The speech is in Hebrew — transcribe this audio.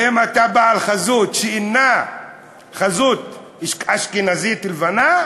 ואם אתה בעל חזות שאינה חזות אשכנזית לבנה,